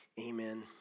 amen